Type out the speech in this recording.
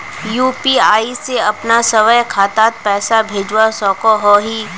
UPI से अपना स्वयं खातात पैसा भेजवा सकोहो ही?